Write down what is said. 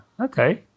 Okay